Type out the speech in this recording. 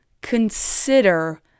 consider